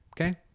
Okay